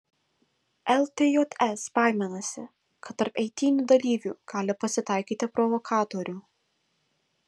ltjs baiminasi kad tarp eitynių dalyvių gali pasitaikyti provokatorių